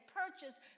purchased